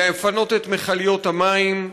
לפנות את מכליות המים,